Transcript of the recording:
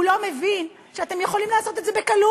הוא לא מבין שאתם יכולים לעשות את זה בקלות,